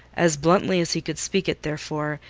as bluntly as he could speak it, therefore,